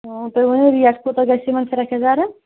تُہۍ ؤنِو ریٹ کوٗتاہ گَژھِ یِمَن فراک یزارَن